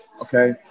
okay